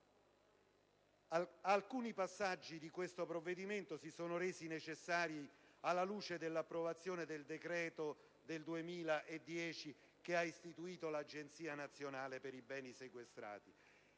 Alcuni passaggi di questo provvedimento si sono resi necessari alla luce dell'approvazione del decreto del 2010 che ha istituito l'Agenzia nazionale per i beni sequestrati,